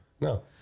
No